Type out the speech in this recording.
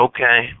Okay